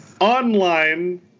online